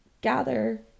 gather